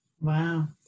Wow